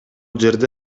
жерде